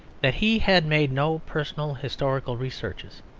that he had made no personal historical researches,